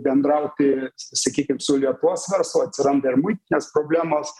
bendrauti sakykim su lietuvos verslu atsiranda ir muitinės problemos